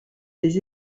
des